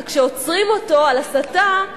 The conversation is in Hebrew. אז כשעוצרים אותו על הסתה,